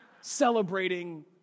celebrating